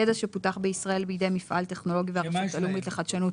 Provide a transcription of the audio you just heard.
ידע שפותח בישראל בידי מפעל טכנולוגי והרשות הלאומית לחדשנות,